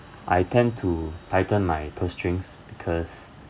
I tend to tighten my purse strings because